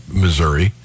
Missouri